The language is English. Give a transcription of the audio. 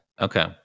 Okay